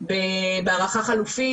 בהערכה חלופית,